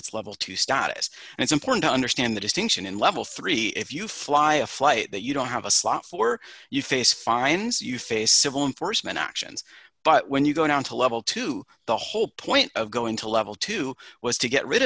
its level to status and it's important to understand the distinction in level three if you fly a flight that you don't have a slot for you face fines you face civil enforcement actions but when you go down to level two the whole point of going to level two was to get rid